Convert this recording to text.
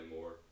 more